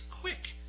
quick